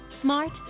Smart